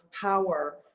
power